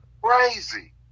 crazy